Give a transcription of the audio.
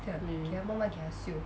mm